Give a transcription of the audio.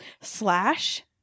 slash